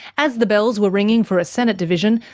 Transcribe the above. as the bells were ringing for a senate division,